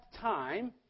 time